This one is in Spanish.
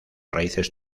raíces